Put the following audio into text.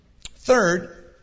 Third